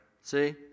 See